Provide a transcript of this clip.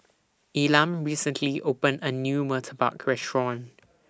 Elam recently opened A New Murtabak Restaurant